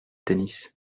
tennis